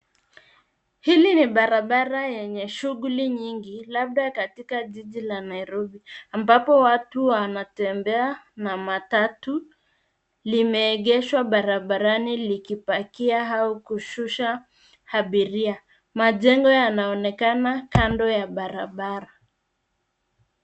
Hili ni barabara yenye shughli nyingi labda katika jiji la Nairobi ambapo watu wanatembea na matatu limeegeshwa barabarani likipackia au kushusha abiria. Majengo yanaonekana kando ya barabara.